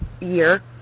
year